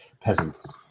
peasants